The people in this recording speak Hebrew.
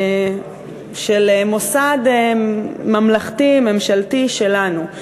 של מוסד ממלכתי ממשלתי שלנו.